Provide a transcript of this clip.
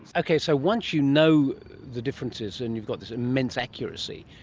okay, so once you know the differences and you've got this immense accuracy,